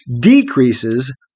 decreases